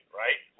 right